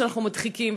שאנחנו מדחיקים,